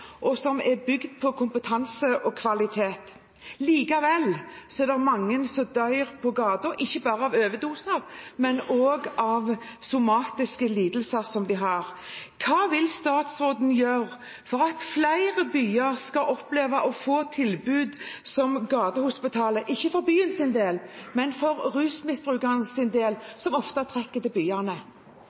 og som er bygd på kompetanse og kvalitet. Likevel er det mange som dør på gata, ikke bare av overdoser, men også av somatiske lidelser som de har. Hva vil statsråden gjøre for at flere byer skal oppleve å få tilbud som Gatehospitalet – ikke for byenes del, men for rusmisbrukernes del, som ofte trekker til byene?